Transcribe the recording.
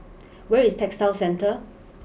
where is Textile Centre